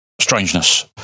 strangeness